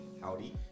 howdy